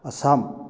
Assam